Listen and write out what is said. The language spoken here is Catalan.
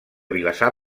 vilassar